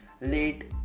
late